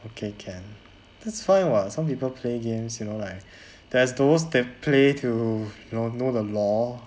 okay can that's fine [what] some people play games you know like there's those that play to you know know the law